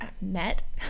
met